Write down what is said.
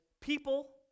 people